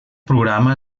programa